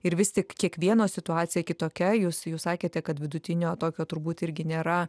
ir vis tik kiekvieno situacija kitokia jūs jūs sakėte kad vidutinio tokio turbūt irgi nėra